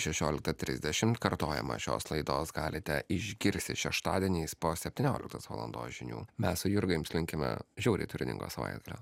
šešioliktą trisdešim kartojimą šios laidos galite išgirsti šeštadieniais po septynioliktos valandos žinių mes su jurga jums linkime žiauriai turiningo savaitgalio